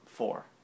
Four